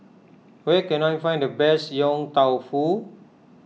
where can I find the best Yong Tau Foo